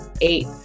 eight